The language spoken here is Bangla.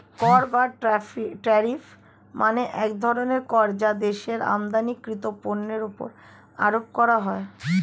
কর বা ট্যারিফ মানে এক ধরনের কর যা দেশের আমদানিকৃত পণ্যের উপর আরোপ করা হয়